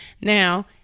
Now –